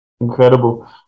Incredible